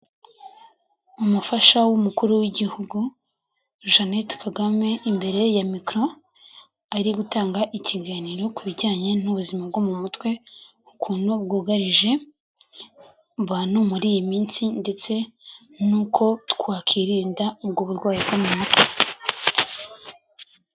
Umufasha w'umukuru w'igihugu Jeannette Kagame, imbere ya mikoro ari gutanga ikiganiro ku bijyanye n'ubuzima bwo mu mutwe, ukuntu bwugarije abantu muri iyi minsi ndetse n'uko twakirinda ubwo burwayi bwo mu mutwe.